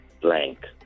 blank